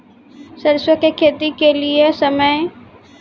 सरसों की खेती के लिए समय?